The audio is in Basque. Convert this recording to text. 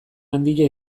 handia